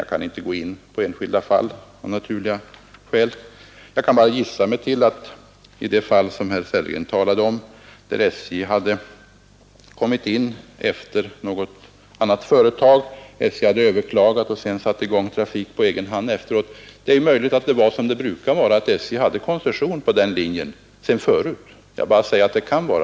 Jag kan av naturliga skäl inte gå in på enskilda fall; jag kan bara gissa att i det fall som herr Sellgren talar om, där SJ hade överklagat ett beslut och sedan på egen hand satt i gång med trafik, är det möjligt att SJ sedan tidigare hade koncession på den linjen. Så förhåller det sig nämligen ofta.